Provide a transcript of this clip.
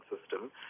system